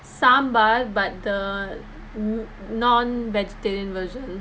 sambar but the non-vegetarian version